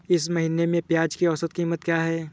इस महीने में प्याज की औसत कीमत क्या है?